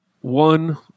one